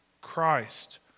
Christ